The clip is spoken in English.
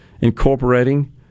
incorporating